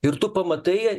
ir tu pamatai